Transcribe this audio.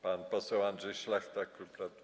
Pan poseł Andrzej Szlachta, klub Pla.